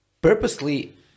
purposely